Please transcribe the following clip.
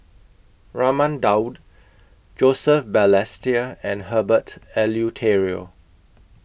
Raman Daud Joseph Balestier and Herbert Eleuterio